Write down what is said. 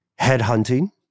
headhunting